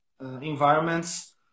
environments